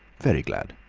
very glad.